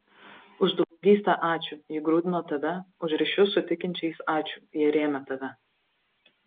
už draugystę ačiū ji grūdino tave už ryšius su tikinčiais ačiū jie rėmė tave